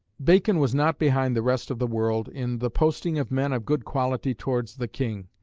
bacon was not behind the rest of the world in the posting of men of good quality towards the king,